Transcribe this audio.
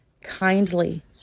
kindly